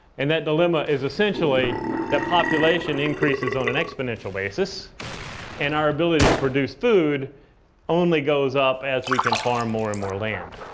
and that dilemma is essentially that population increases on an exponential basis and our ability to produce food only goes up as we can farm more and more land.